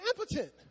impotent